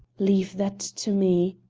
leave that to me,